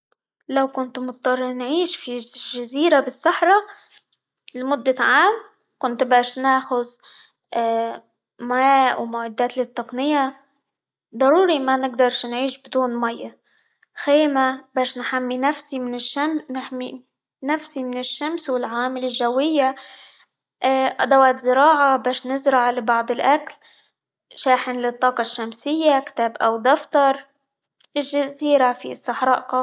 لو كنت مضطر نعيش في -ج- جزيرة بالصحرا لمدة عام، كنت باش ناخذ ماء، ومعدات للتقنية، ضروري ما نقدرش نعيش بدون ماية خيمة باش -نحمي نفسي من الشم- نحمي نفسي من الشمس، والعوامل الجوية، أدوات زراعة باش نزرع لبعض الأكل، شاحن للطاقة الشمسية كتاب أو دفتر، الجزيرة في الصحراء ق..